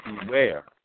beware